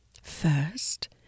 First